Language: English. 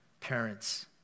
parents